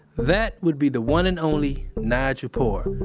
that would be the one and only nigel poor,